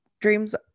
dreams